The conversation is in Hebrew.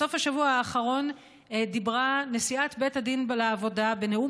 בסוף השבוע האחרון דיברה נשיאת בית הדין לעבודה בנאום